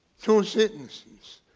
so sentences.